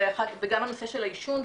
וגם הנושא של העישון,